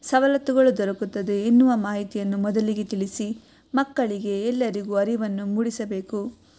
ಸವಲತ್ತುಗಳು ದೊರಕುತ್ತದೆ ಎನ್ನುವ ಮಾಹಿತಿಯನ್ನು ಮೊದಲಿಗೆ ತಿಳಿಸಿ ಮಕ್ಕಳಿಗೆ ಎಲ್ಲರಿಗೂ ಅರಿವನ್ನು ಮೂಡಿಸಬೇಕು